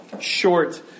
Short